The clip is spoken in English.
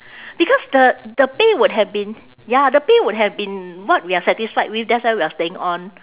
because the the pay would have been ya the pay would have been what we are satisfied with that's why we are staying on